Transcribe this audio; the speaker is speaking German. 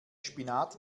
spinat